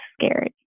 scary